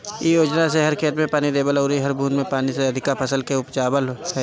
इ योजना से हर खेत में पानी देवल अउरी हर बूंद पानी से अधिका फसल के उपजावल ह